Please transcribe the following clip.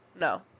No